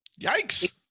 Yikes